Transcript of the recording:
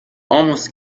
almost